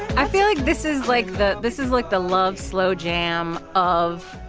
i feel like this is like the this is like the love slow jam of,